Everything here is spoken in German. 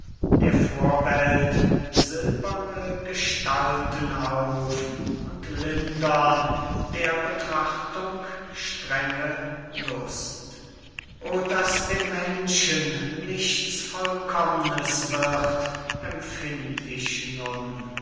der vorwelt silberne gestalten auf und lindern der betrachtung strenge lust o daß dem menschen nichts vollkomm'nes wird empfind ich nun